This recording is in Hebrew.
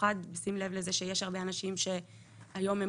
במיוחד בשים לב שיש הרבה אנשים שהיום הם